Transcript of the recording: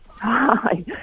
Hi